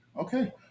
Okay